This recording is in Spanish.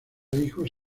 hijos